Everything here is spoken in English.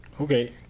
Okay